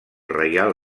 reial